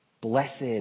blessed